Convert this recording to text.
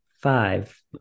five